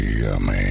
Yummy